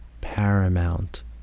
paramount